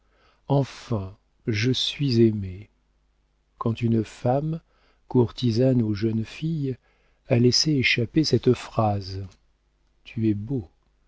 enfin je suis aimé quand une femme courtisane ou jeune fille a laissé échapper cette phrase tu es beau